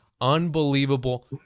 unbelievable